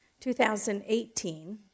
2018